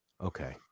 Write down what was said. Okay